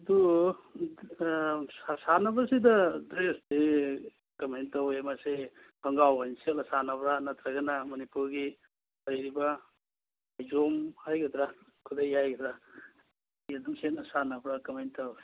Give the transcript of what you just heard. ꯑꯗꯨ ꯁꯥꯟꯅꯕꯁꯤꯗ ꯗ꯭ꯔꯦꯁꯇꯤ ꯀꯃꯥꯏꯅ ꯇꯧꯏ ꯃꯁꯤ ꯈꯣꯡꯒ꯭ꯔꯥꯎ ꯑꯣꯏꯅ ꯁꯦꯠꯂꯒ ꯁꯥꯟꯅꯕ꯭ꯔ ꯅꯠꯇ꯭ꯔꯒꯅ ꯃꯅꯤꯄꯨꯔꯒꯤ ꯂꯩꯔꯤꯕ ꯐꯩꯖꯣꯝ ꯍꯥꯏꯒꯗ꯭ꯔ ꯈꯨꯗꯩ ꯍꯥꯏꯒꯗ꯭ꯔ ꯁꯤ ꯑꯗꯨꯝ ꯁꯦꯠꯂ ꯁꯥꯟꯅꯕ꯭ꯔ ꯀꯃꯥꯏꯅ ꯇꯧꯏ